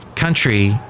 country